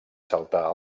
saltar